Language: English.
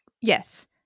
Yes